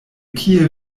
kie